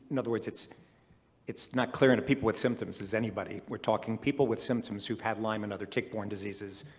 in other words it's it's not clear and to people with symptoms is anybody. we're talking people with symptoms who've had lyme and other tick-borne diseases,